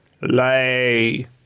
lay